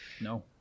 No